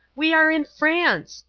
we are in france!